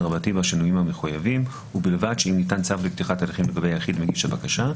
בשינוים המחויבים ובלבד שאם ניתן צו לפתיחת הליכים לגבי היחיד מגיש הבקשה,